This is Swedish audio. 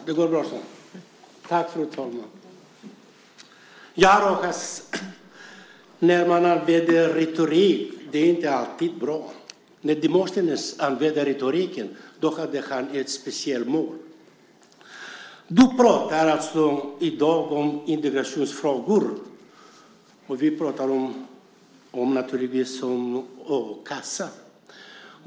Fru talman! Ja, Rojas, att använda retorik är inte alltid bra. När Demosthenes använde retoriken hade han ett speciellt mål. Du pratar i dag om integrationsfrågor, och vi pratar naturligtvis om a-kassan.